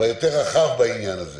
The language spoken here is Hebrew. והרחב בעניין הזה